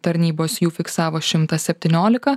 tarnybos jų fiksavo šimtą septyniolika